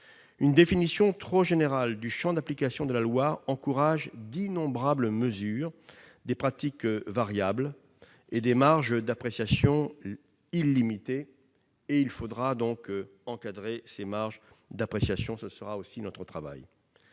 Une définition trop générale du champ d'application de la loi encourage à la prise d'innombrables mesures, favorise des pratiques variables et des marges d'appréciation illimitées. Il faudra encadrer celles-ci ; ce sera aussi notre travail.